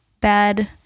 bad